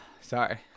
sorry